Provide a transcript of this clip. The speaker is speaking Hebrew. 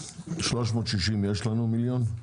360 מיליון שקלים יש לנו.